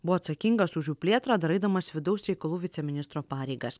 buvo atsakingas už jų plėtrą dar eidamas vidaus reikalų viceministro pareigas